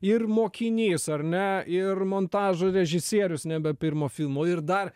ir mokinys ar ne ir montažo režisierius nebe pirmo filmo ir dar